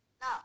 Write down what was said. Now